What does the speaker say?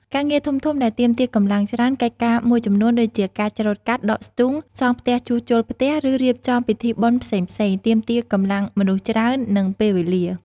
ការងារធំៗដែលទាមទារកម្លាំងច្រើន កិច្ចការមួយចំនួនដូចជា ការច្រូតកាត់ ដកស្ទូង សង់ផ្ទះជួសជុលផ្ទះ ឬរៀបចំពិធីបុណ្យផ្សេងៗ ទាមទារកម្លាំងមនុស្សច្រើន និងពេលវេលា។